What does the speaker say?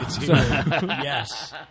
yes